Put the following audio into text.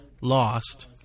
Lost